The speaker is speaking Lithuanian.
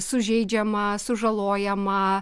sužeidžiama sužalojama